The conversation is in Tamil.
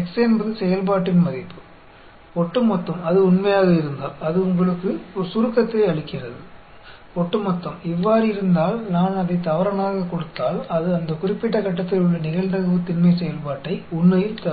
x என்பது செயல்பாட்டின் மதிப்பு ஒட்டுமொத்தம் அது உண்மையாக இருந்தால் அது உங்களுக்கு ஒரு சுருக்கத்தை அளிக்கிறது ஒட்டுமொத்தம் இவ்வாறு இருந்தால் நான் அதை தவறானதாகக் கொடுத்தால் அது அந்த குறிப்பிட்ட கட்டத்தில் உள்ள நிகழ்தகவு திண்மை செயல்பாட்டை உண்மையில் தரும்